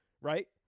right